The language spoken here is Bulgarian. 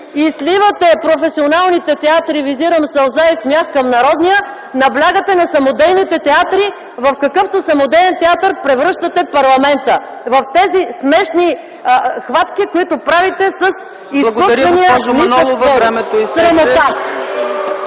и сливате професионалните театри, визирам „Сълза и смях” към Народния театър, наблягате на самодейните театри, в какъвто самодеен театър превръщате парламента с тези смешни хватки, които правите с изкуствено нисък